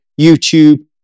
YouTube